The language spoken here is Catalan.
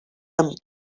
amb